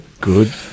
Good